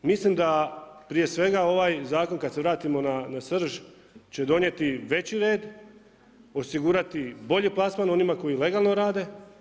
Mislim da prije svega ovaj zakon kada se vratimo na srž će donijeti veći red, osigurati bolji plasman onima koji legalno rade.